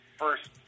first